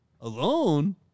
Alone